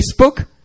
Facebook